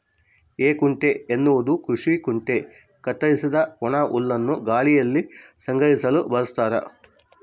ಹೇಕುಂಟೆ ಎನ್ನುವುದು ಕೃಷಿ ಕುಂಟೆ ಕತ್ತರಿಸಿದ ಒಣಹುಲ್ಲನ್ನು ಗಾಳಿಯಲ್ಲಿ ಸಂಗ್ರಹಿಸಲು ಬಳಸ್ತಾರ